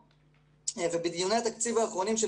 בדיוני התקציב האחרונים,